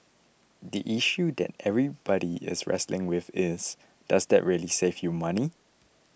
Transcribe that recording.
the issue that everybody is wrestling with is does that really save you money